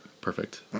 Perfect